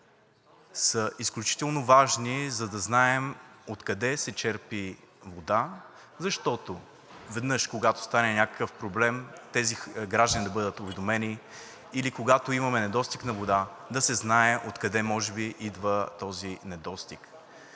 са изключително важни, за да знаем откъде се черпи вода. Защото веднъж, когато стане някакъв проблем тези граждани да бъдат уведомени или когато имаме недостиг на вода, да се знае откъде може би идва този недостиг.